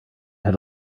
had